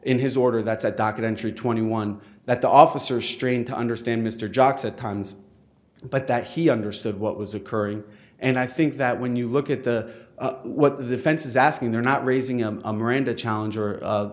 in his order that said documentary twenty one that the officer strained to understand mr jocks at cons but that he understood what was occurring and i think that when you look at the what the fence is asking they're not raising him a miranda challenge or of